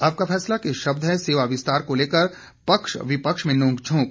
आपका फैसला के शब्द हैं सेवा विस्तार को लेकर पक्ष विपक्ष में नोंक झोंक